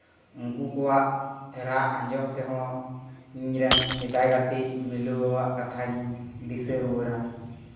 ᱩᱱᱠᱩ ᱠᱚᱣᱟᱜ ᱨᱟᱜ ᱟᱡᱚᱢ ᱛᱮᱦᱚᱸ ᱤᱧᱨᱮᱱ ᱥᱮᱫᱟᱭ ᱜᱟᱛᱮ ᱢᱤᱞᱩᱣᱟᱹ ᱟᱜ ᱠᱟᱛᱷᱟᱧ ᱫᱤᱥᱟᱹ ᱨᱩᱣᱟᱹᱲᱟ